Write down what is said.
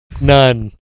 None